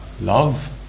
love